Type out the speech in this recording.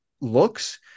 looks